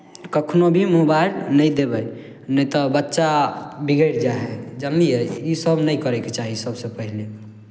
कखनहु भी मोबाइल नहि देबै नहि तऽ बच्चा बिगड़ि जाइ हइ जानलियै इसभ नहि करयके चाही सभसँ पहिले